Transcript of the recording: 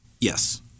Yes